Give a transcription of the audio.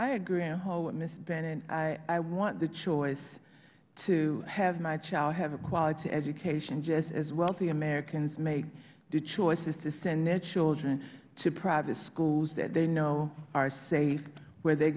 bennett i want the choice to have my child have a quality education just as wealthy americans make the choices to send their children to private schools that they know are safe where they